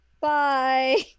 Bye